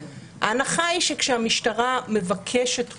אבל ההנחה היא שכאשר המשטרה מבקשת חומרים,